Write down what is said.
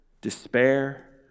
despair